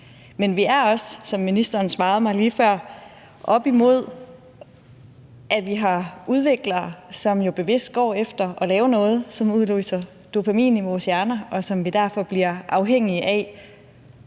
Men vi er også, som ministeren svarede mig lige før, oppe imod, at vi har udviklere, som bevidst går efter at lave noget, som udløser dopamin i vores hjerner, og som vi derfor bliver afhængige af.